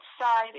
side